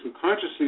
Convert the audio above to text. consciously